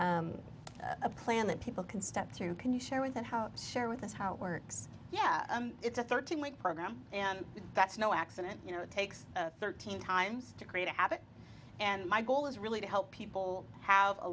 have a plan that people can step through can you share with that how share with us how it works yeah it's a thirteen week program and that's no accident you know it takes thirteen times to create a habit and my goal is really to help people have a